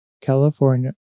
California